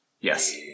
Yes